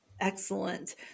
Excellent